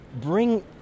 bring